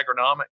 agronomic